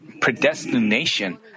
predestination